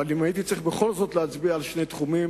אבל אם הייתי בכל זאת צריך להצביע על שני תחומים,